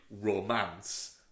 romance